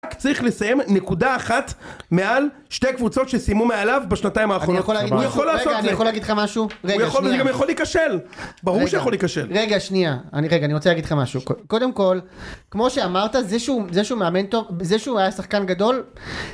רק צריך לסיים נקודה אחת מעל שתי קבוצות שסיימו מעליו בשנתיים האחרונות, הוא יכול לעשות את זה, רגע אני יכול להגיד לך משהו, רגע שנייה, הוא גם יכול להכשל, ברור שיכול להכשל, רגע שנייה אני רגע אני רוצה להגיד לך משהו, קודם כל כמו שאמרת זה שהוא, זה שהוא מאמן טוב, זה שהוא היה שחקן גדול